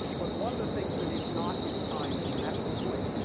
but one of the things that it's not is science. and that's the point.